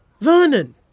Vernon